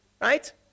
right